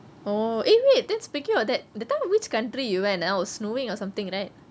oh eh wait then speaking of that that time which country you went ah was snowing or something right